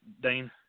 Dane